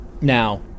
Now